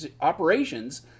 operations